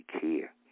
care